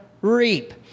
reap